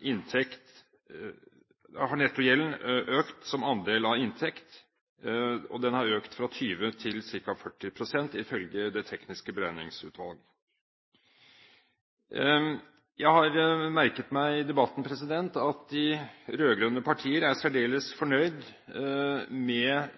inntekt; den har økt fra 20 til ca. 40 pst., ifølge Det tekniske beregningsutvalg. Jeg har i løpet av debatten merket meg at de rød-grønne partier er særdeles fornøyd med